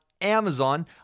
amazon